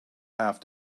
have